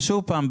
ושוב פעם,